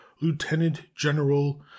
lieutenant-general